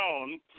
own